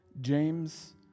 James